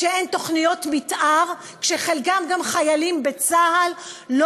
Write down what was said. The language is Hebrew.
כשאין תוכניות מתאר, וחלקם גם חיילים בצה"ל.